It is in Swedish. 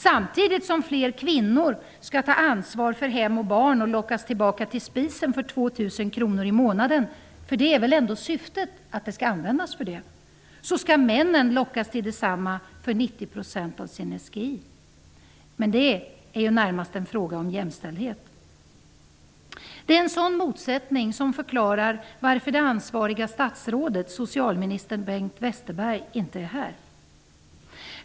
Samtidigt som fler kvinnor skall ta ansvar för hem och barn och lockas tillbaka till spisen för 2 000 kr i månaden -- det är väl ändå syftet -- skall männen lockas till detsamma för 90 % av sin SGI. Men det är närmast en fråga om jämställdhet. Det är en sådan motsättning som förklarar varför det ansvariga statsrådet -- socialminister Bengt Westerberg -- inte är här.